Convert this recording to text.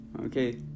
okay